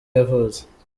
yavutse